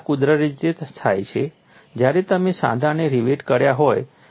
અને આ કુદરતી રીતે ત્યારે થાય છે જ્યારે તમે સાંધાને રિવેટ કર્યા હોય